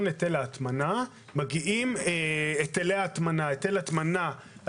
לחשבון היטל ההטמנה מגיעים היטלי ההטמנה.